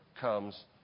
comes